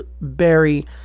Barry